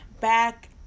back